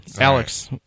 Alex